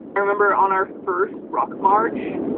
i remember on our first rock march,